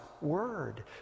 word